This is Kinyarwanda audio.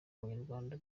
abanyarwanda